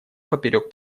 поперек